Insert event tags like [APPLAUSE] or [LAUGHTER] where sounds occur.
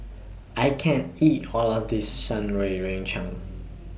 I can't eat All of This Shan Rui [UNINTELLIGIBLE]